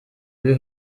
b’i